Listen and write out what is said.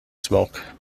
smoke